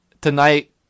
tonight